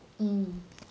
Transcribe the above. um